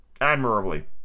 admirably